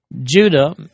Judah